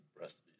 rest